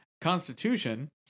Constitution